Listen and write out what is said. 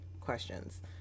questions